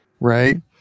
right